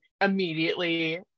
immediately